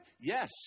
Yes